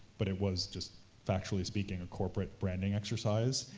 but it was just, factually speaking, corporate branding exercise,